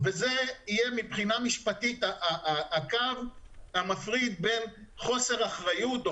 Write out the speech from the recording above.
ומבחינה משפטית זה יהיה הקו המפריד בין חוסר אחריות או